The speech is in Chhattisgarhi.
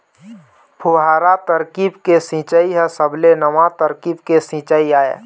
फुहारा तरकीब के सिंचई ह सबले नवा तरकीब के सिंचई आय